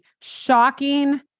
shocking